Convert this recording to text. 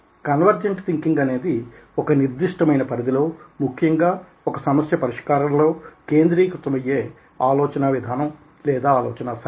convergent thinking అనేది ఒక నిర్ధిష్టమైన పరిధిలో ముఖ్యంగా ఒక సమస్య పరిష్కారంలో కేంద్రీకృతమయే ఆలోచనా విధానం లేదా ఆలోచనా శైలి